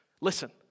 Listen